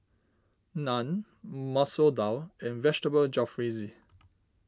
Naan Masoor Dal and Vegetable Jalfrezi